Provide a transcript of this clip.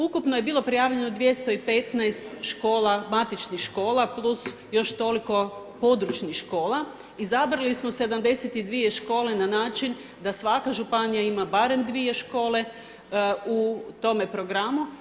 Ukupno je bilo prijavljeno 215 škola, matičnih škola plus još toliko područnih škola, izabrali smo 72 škole na način da svaka županija ima barem dvije škole u tome programu.